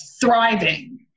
thriving